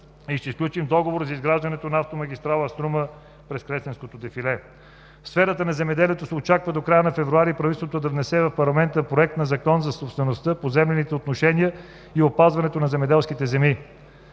и ще сключим договор за изграждането на автомагистрала „Струма“ през Кресненското дефиле. В сферата на земеделието се очаква до края на февруари правителството да внесе в парламента Проект на Закон за собствеността, поземлените отношения и опазването на земеделските земи.